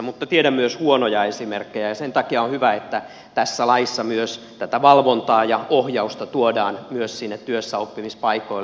mutta tiedän myös huonoja esimerkkejä ja sen takia on hyvä että tässä laissa myös tätä valvontaa ja ohjausta tuodaan myös sinne työssäoppimispaikoille